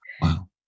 Wow